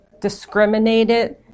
discriminated